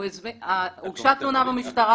הוגשה תלונה במשטרה.